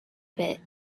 bit